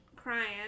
crying